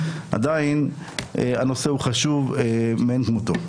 עדיין הנושא הוא חשוב מאין כמותו.